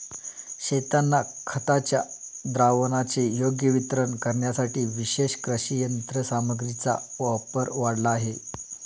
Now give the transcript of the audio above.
शेतांना खताच्या द्रावणाचे योग्य वितरण करण्यासाठी विशेष कृषी यंत्रसामग्रीचा वापर वाढला आहे